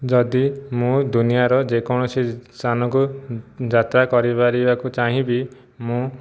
ଯଦି ମୁଁ ଦୁନିଆର ଯେକୌଣସି ସ୍ଥାନକୁ ଯାତ୍ରା କରିପାରିବାକୁ ଚାହିଁବି ମୁଁ